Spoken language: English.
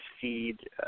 feed